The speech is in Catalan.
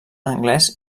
anglès